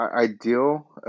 ideal